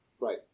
Right